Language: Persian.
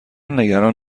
نگران